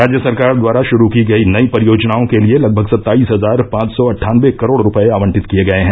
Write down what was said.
राज्य सरकार द्वारा शुरू की गई नई परियोजनाओं के लिए लगभग सत्ताईस हजार पांच सौ अट्ठानबे करोड़ रूपये आवंटित किए गए हैं